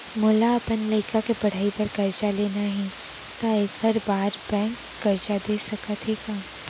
मोला अपन लइका के पढ़ई बर करजा लेना हे, त एखर बार बैंक करजा दे सकत हे का?